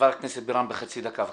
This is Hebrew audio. חברת הכנסת בירן, חצי דקה בבקשה.